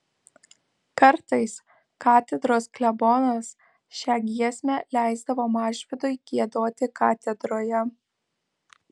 kartais katedros klebonas šią giesmę leisdavo mažvydui giedoti katedroje